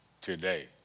today